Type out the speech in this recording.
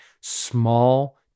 Small